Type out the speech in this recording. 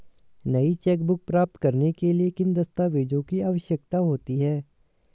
नई चेकबुक प्राप्त करने के लिए किन दस्तावेज़ों की आवश्यकता होती है?